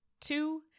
Two